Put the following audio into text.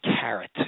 carrot